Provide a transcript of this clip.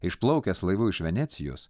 išplaukęs laivu iš venecijos